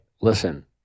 listen